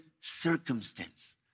circumstance